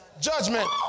judgment